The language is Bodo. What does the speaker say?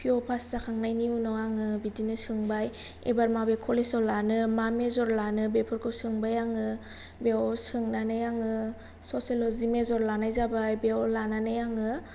पि इउ पास जाखांनायनि उनाव आङो बिदिनो सोंबाय आयबार अबे कलेजआव लानो मा माजर लानो बेफोरखौ सोंबाय आङो बेयाव सोंनानै आङो ससिवलजि मेजर लानाय जाबाय बेयाव लानानै आङो